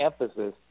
emphasis